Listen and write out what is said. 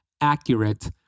accurate